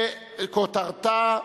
וכותרתה: